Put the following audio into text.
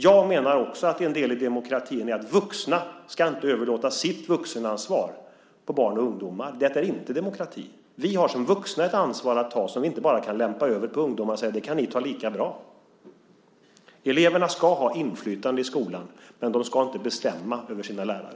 Jag menar också att en del i demokratin är att vuxna inte ska överlåta sitt vuxenansvar på barn och ungdomar. Det är inte demokrati. Vi har som vuxna ett ansvar att ta som vi inte bara kan lämpa över på ungdomar och säga: Det kan ni ta lika bra. Eleverna ska ha inflytande i skolan, men de ska inte bestämma över sina lärare.